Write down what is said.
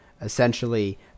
essentially